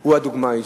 הוא הדוגמה האישית,